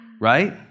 right